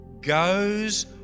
goes